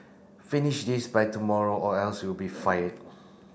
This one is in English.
finish this by tomorrow or else you'll be fired